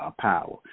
power